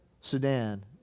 Sudan